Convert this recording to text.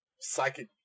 psychic